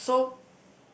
so